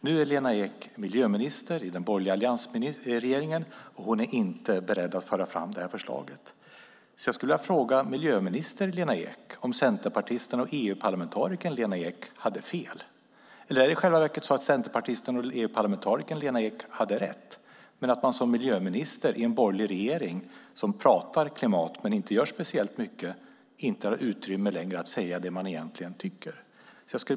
Nu är Lena Ek miljöminister i den borgerliga alliansregeringen, och hon är inte beredd att föra fram detta förslag. Jag skulle därför vilja fråga miljöministern Lena Ek om centerpartisten och EU-parlamentarikern Lena Ek hade fel. Eller är det i själva verket så att centerpartisten och EU-parlamentarikern Lena Ek hade rätt men att man som miljöminister i en borgerlig regering, som pratar klimat men inte gör speciellt mycket, inte längre har utrymme att säga det man egentligen tycker?